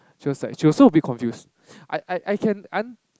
she was like she also a bit confused I I I can un~